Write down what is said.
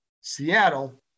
Seattle